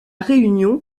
réunion